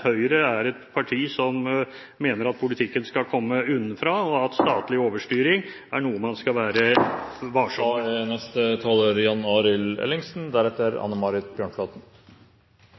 Høyre er et parti som mener at politikken skal komme nedenfra, og at statlig overstyring er noe man skal